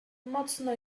mocno